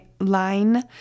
line